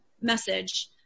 message